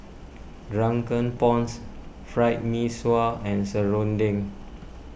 Drunken Prawns Fried Mee Sua and Serunding